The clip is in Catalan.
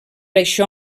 això